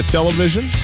Television